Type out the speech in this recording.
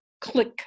click